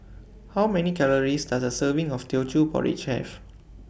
How Many Calories Does A Serving of Teochew Porridge Have